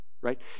right